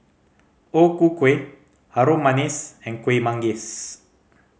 O Ku Kueh Harum Manis and Kuih Manggis